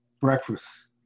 Breakfast